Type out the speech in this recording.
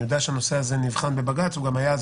אני יודע שהנושא נבחן בבג"ץ והיה אז